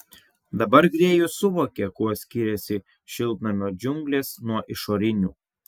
dabar grėjus suvokė kuo skyrėsi šiltnamio džiunglės nuo išorinių